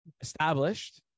established